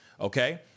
okay